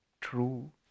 true